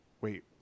wait